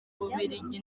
bubiligi